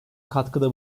katkıda